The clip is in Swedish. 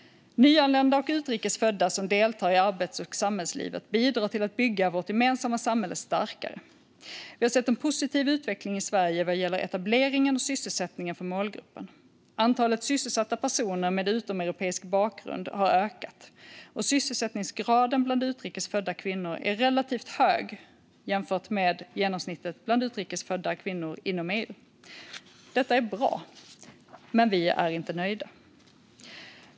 Nyanlända och utrikes födda som deltar i arbets och samhällslivet bidrar till att bygga vårt gemensamma samhälle starkare. Vi har sett en positiv utveckling i Sverige vad gäller etableringen och sysselsättningen för målgruppen. Antalet sysselsatta personer med utomeuropeisk bakgrund har ökat, och sysselsättningsgraden bland utrikes födda kvinnor är relativt hög jämfört med genomsnittet bland utrikes födda kvinnor inom EU. Detta är bra, men vi är inte nöjda.